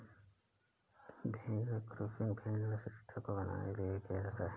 भेड़ क्रंचिंग भेड़ की स्वच्छता को बनाने के लिए किया जाता है